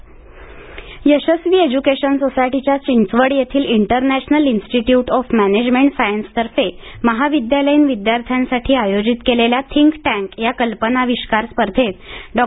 think tank Yashaswi education सोसायटीच्या चिंचवड येथील international institute of management science तर्फे महाविद्यालयीन विद्यार्थ्यांसाठी आयोजित केलेल्या थिंक टॅक या कल्पनाविष्कार स्पर्धेत डॉ